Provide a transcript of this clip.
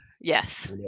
Yes